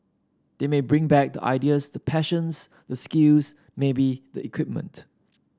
they may bring back the ideas the passions the skills maybe the equipment